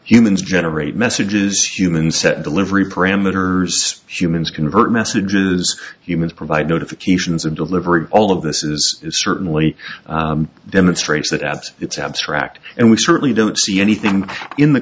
humans generate messages human set delivery parameters humans convert messages humans provide notifications of delivery all of this is certainly demonstrates that at its abstract and we certainly don't see anything in the